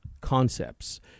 concepts